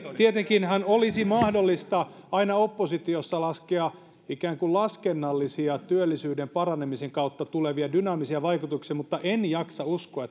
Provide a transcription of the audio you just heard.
tietenkinhän olisi mahdollista aina oppositiossa laskea ikään kuin laskennallisia työllisyyden paranemisen kautta tulevia dynaamisia vaikutuksia mutta en jaksa uskoa